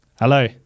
Hello